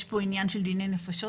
יש פה עניין של דיני נפשות,